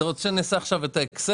אתה רוצה שאני אעשה עכשיו את האקסל?